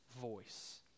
voice